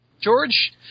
george